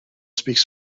speaks